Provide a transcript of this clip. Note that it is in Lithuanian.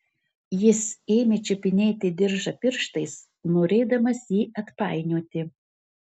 jis ėmė čiupinėti diržą pirštais norėdamas jį atpainioti